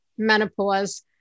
menopause